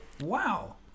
Wow